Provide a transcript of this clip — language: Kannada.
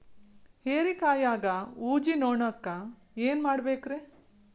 ಹೇರಿಕಾಯಾಗ ಊಜಿ ನೋಣಕ್ಕ ಏನ್ ಮಾಡಬೇಕ್ರೇ?